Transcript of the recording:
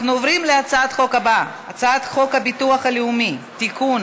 אנחנו עוברים להצעת החוק הבאה: הצעת חוק הביטוח הלאומי (תיקון,